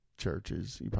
churches